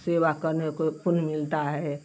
सेवा करने को पुण्य मिलता है